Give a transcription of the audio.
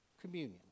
Communion